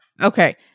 okay